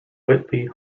whitley